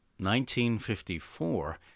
1954